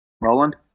Roland